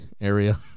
area